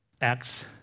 Acts